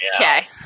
Okay